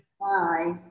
Bye